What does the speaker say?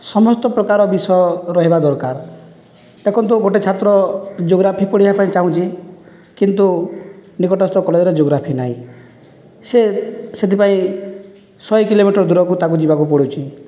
ସମସ୍ତ ପ୍ରକାର ବିଷୟ ରହିବା ଦରକାର ଦେଖନ୍ତୁ ଗୋଟିଏ ଛାତ୍ର ଜୋଗ୍ରାଫି ପଢ଼ିବା ପାଇଁ ଚାହୁଁଛି କିନ୍ତୁ ନିକଟସ୍ଥ କଲେଜରେ ଜୋଗ୍ରାଫି ନାହିଁ ସେ ସେଥିପାଇଁ ଶହେ କିଲୋମିଟର ଦୂରକୁ ତା'କୁ ଯିବାକୁ ପଡ଼ୁଛି